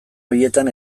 horietan